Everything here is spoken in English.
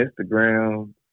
Instagram